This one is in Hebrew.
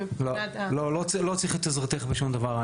לא צריך את עזרתך בשום דבר.